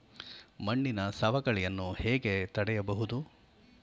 ಮಣ್ಣಿನ ಸವಕಳಿಯನ್ನು ಹೇಗೆ ತಡೆಯಬಹುದು?